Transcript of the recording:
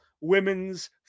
women's